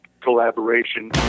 collaboration